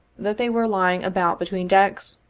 that they were lying about between decks,